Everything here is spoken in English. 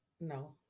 No